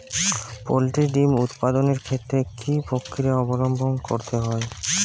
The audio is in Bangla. পোল্ট্রি ডিম উৎপাদনের ক্ষেত্রে কি পক্রিয়া অবলম্বন করতে হয়?